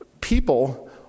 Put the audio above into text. people